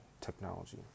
technology